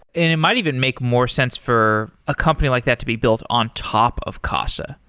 and it might even make more sense for a company like that to be built on top of casa.